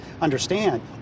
understand